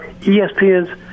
ESPNs